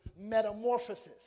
metamorphosis